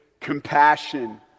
compassion